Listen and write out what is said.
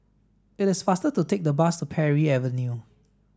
it is faster to take the bus to Parry Avenue